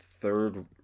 third